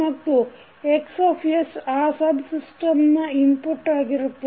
ಮತ್ತು X ಆ subsystem ನ ಇನ್ಪುಟ್ ಆಗಿರುತ್ತದೆ